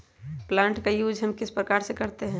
Plant का use हम किस प्रकार से करते हैं?